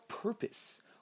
purpose